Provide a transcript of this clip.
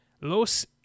Los